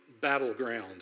Battleground